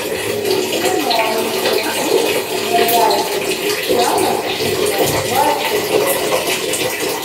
aš nenoriu kad jūs mergaitės šiąnakt šičia vaikščiotumėte